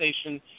station